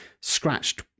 scratched